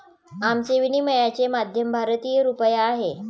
आमचे विनिमयाचे माध्यम भारतीय रुपया आहे